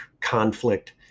conflict